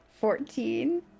Fourteen